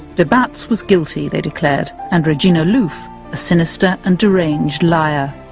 de baets was guilty, they declared, and regina louf a sinister and deranged liar.